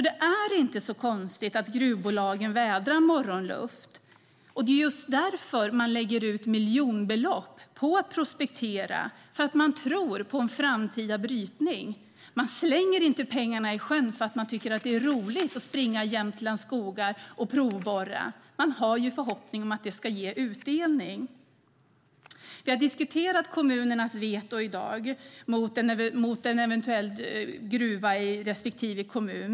Det är inte så konstigt att gruvbolagen vädrar morgonluft. Det är just därför man lägger ut miljonbelopp på att prospektera. Man tror på en framtida brytning. Man slänger inte pengarna i sjön för att man tycker att det är roligt att springa i Jämtlands skogar och provborra, utan man har förhoppningen att det ska ge utdelning. Vi har i dag diskuterat kommunernas veto mot en eventuell gruva i respektive kommun.